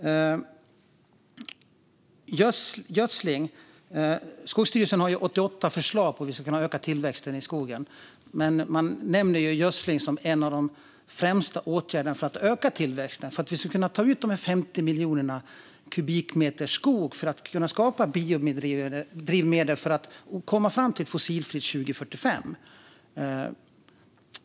När det gäller gödsling har Skogsstyrelsen 88 förslag på hur vi ska kunna öka tillväxten i skogen, men man nämner gödsling som en av de främsta åtgärderna för att öka tillväxten och för att vi ska kunna ta ut dessa 50 miljoner kubikmeter skog för att skapa biodrivmedel och komma fram till ett fossilfritt 2045.